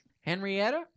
Henrietta